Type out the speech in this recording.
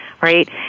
right